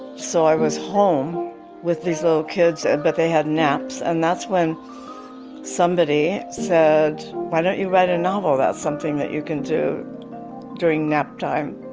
so i was home with these little kids. and but they had naps and that's when somebody said why don't you write a novel about something that you can do during naptime.